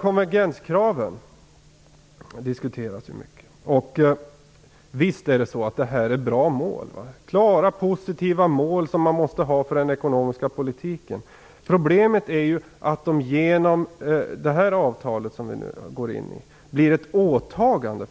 Konvergenskraven diskuteras en hel del. Visst är målen bra. Det är klara positiva mål som behövs för den ekonomiska politiken. Problemet är ju att det avtal vi nu ingår i gör att Sverige tar på sig åtaganden.